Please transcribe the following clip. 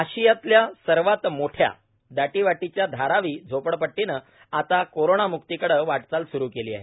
आशियातल्या सर्वात मोठ्या दाटीवाटीच्या धारावी झोपडपट्टीनं आता कोरोनामुक्तीकडे वाटचाल स्रू केली आहे